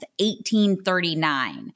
1839